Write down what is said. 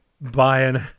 buying